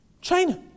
China